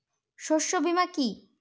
শস্য বীমা কি?